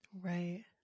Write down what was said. Right